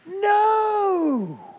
No